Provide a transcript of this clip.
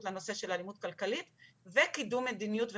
בנושא של האלימות הכלכלית וקידום מדיניות וחקיקה.